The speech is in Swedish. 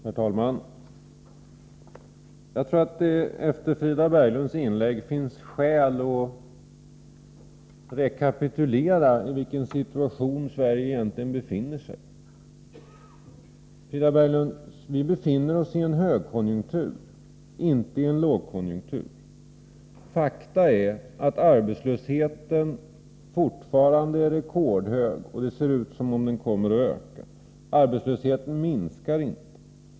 Herr talman! Jag tror att det efter Frida Berglunds inlägg finns skäl att rekapitulera vad som hänt och belysa den situation som Sverige egentligen befinner sig i. Vi är inne i en högkonjunktur, Frida Berglund, inte i en lågkonjunktur. Men faktum är att arbetslösheten fortfarande är rekordhög. Och det ser ut som om den kommer att öka. Arbetslösheten minskar inte.